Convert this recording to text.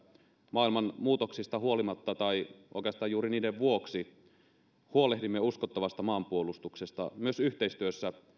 maailman muutoksista huolimatta tai oikeastaan juuri niiden vuoksi huolehdimme uskottavasta maanpuolustuksesta myös yhteistyössä